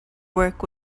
work